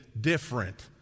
different